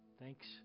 Thanks